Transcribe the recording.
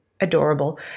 adorable